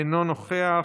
אינו נוכח,